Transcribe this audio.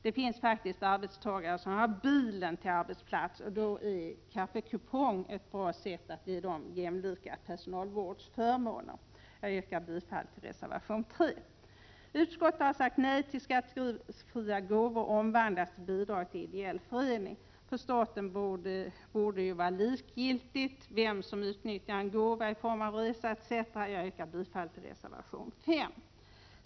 Det finns faktiskt arbetstagare som har bilen till arbetsplats och då är kaffekupongen ett bra sätt att ge sådana arbetstagare jämlika personalvårdsförmåner. Jag yrkar bifall till reservation 3. Utskottet har sagt nej till att skattefria gåvor omvandlas till bidrag till ideell förening. För staten borde det ju vara likgiltigt vem som utnyttjar en gåva i form av en resa etc. Jag yrkar bifall till reservation 5.